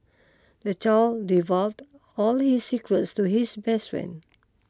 the child divulged all his secrets to his best friend